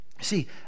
See